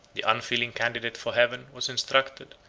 the unfeeling candidate for heaven was instructed,